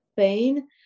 pain